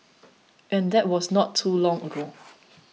and that was not too long ago